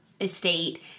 estate